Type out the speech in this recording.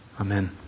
Amen